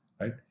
right